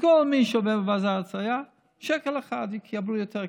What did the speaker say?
כל מי שעובר במעבר חצייה, שקל אחד, נקבל יותר כסף.